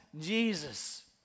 Jesus